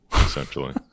essentially